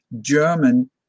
german